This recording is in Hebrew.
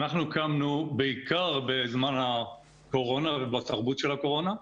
אנחנו קמנו בעיקר בזמן הקורונה ובתרבות של הקורונה.